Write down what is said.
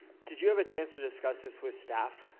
did you have a chance to discuss this with staff?